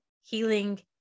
Healing